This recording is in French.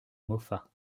moffat